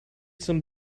some